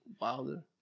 Wilder